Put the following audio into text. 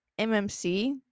MMC